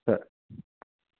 సరే